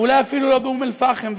ואולי אפילו לא באום אל-פחם,